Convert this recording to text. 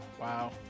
wow